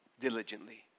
diligently